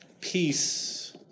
Peace